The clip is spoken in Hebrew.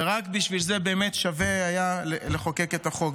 ורק בשביל זה באמת היה שווה לחוקק את החוק.